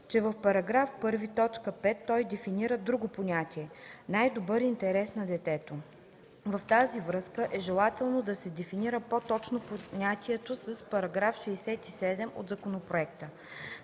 че в § 1, т. 5 той дефинира друго понятие – „най-добър интерес на детето”. В тази връзка, е желателно да се дефинира по-точно понятието в § 67 от законопроекта.